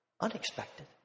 unexpected